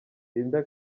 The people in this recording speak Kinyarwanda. linda